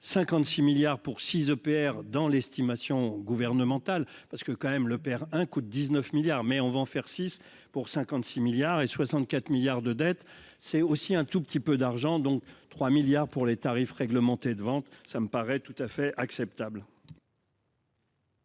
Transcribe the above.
56 milliards pour six EPR dans l'estimation gouvernementale, parce que quand même le père, un coup de 19 milliards mais on va en faire six pour 56 milliards et 64 milliards de dette, c'est aussi un tout petit peu d'argent, donc 3 milliards pour les tarifs réglementés de vente, ça me paraît tout à fait acceptable.